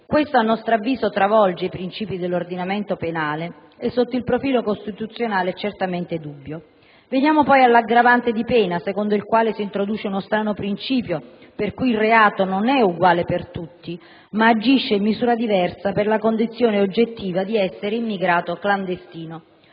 Questo travolge i principi dell'ordinamento penale e, sotto il profilo costituzionale, certamente è dubbio. Veniamo, poi, all'aggravante di pena, secondo la quale si introduce uno strano principio per cui il reato non è uguale per tutti, ma agisce in misura diversa per la condizione oggettiva di essere immigrato clandestino.